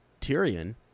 Tyrion